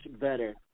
better